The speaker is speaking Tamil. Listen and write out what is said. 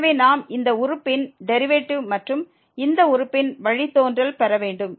எனவே நாம் இந்த உறுப்பின் டெரிவேட்டிவ் மற்றும் இந்த உறுப்பின் வழித்தோன்றலை பெற வேண்டும்